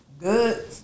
good